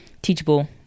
teachable